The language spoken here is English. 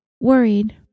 Worried